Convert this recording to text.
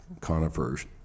conifers